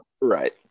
Right